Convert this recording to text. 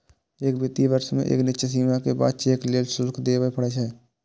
एक वित्तीय वर्ष मे एक निश्चित सीमा के बाद चेक लेल शुल्क देबय पड़ै छै